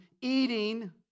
eating